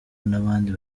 n’abandi